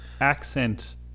accent